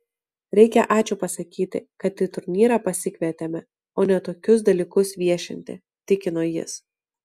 reikia ačiū pasakyti kad į turnyrą pasikvietėme o ne tokius dalykus viešinti tikino jis